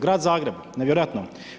Grad Zagreb, nevjerojatno.